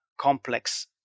complex